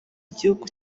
gihugu